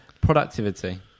productivity